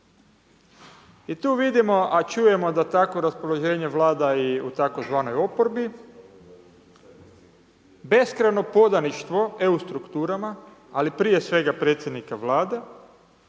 I tu vidimo a čujemo da takvo raspoloženje vlada i u tzv. oporbi, beskrajno podaništvo EU strukturama, ali prije svega predsjednika Vlade.